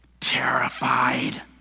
terrified